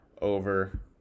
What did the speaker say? over